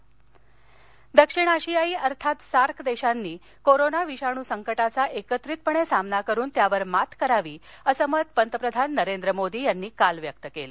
पंतप्रधान सार्क दक्षिण आशियाई अर्थात देशांनी कोरोना विषाणू संकटाचा एकत्रितपणे सामना करुन त्यावर मात करावी असं मत पंतप्रधान नरेंद्र मोदी यांनी काल व्यक्त केलं